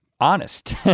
honest